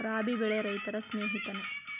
ರಾಬಿ ಬೆಳೆ ರೈತರ ಸ್ನೇಹಿತನೇ?